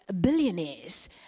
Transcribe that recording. billionaires